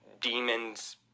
demons